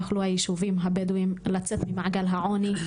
יוכלו היישובים הבדווים לצאת ממעגל העוני,